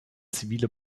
zivile